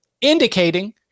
indicating